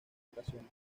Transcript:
ocasiones